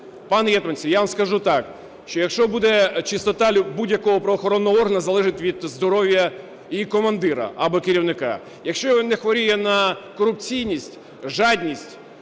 Пан Гетманцев, я вам скажу так, що, якщо буде… чистота будь-якого правоохоронного органу залежить від здоров'я її командира або керівника. Якщо він не хворіє на корупційність, жадність,